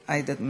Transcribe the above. עאידה,